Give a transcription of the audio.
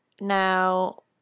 Now